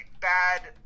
bad